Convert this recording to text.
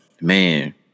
man